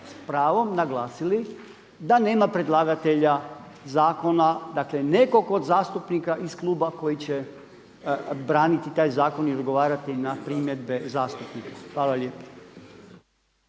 s pravom naglasili da nema predlagatelja zakona, dakle nekog od zastupnika iz kluba koji će braniti taj zakon i odgovarati na primjedbe zastupnika. Hvala lijepa.